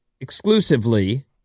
exclusively